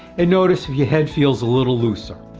and notice if your head feels a little looser.